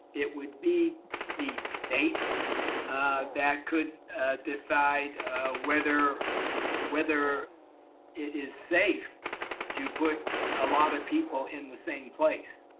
it would be the state that could decide whether whether it is safe to put a lot of people in the same place.